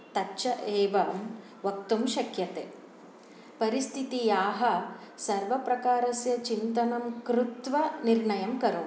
तच्च एवं वक्तुं शक्यते परिस्थितयः सर्वप्रकारस्य चिन्तनं कृत्वा निर्णयं करोमि